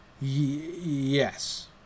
Yes